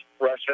Russia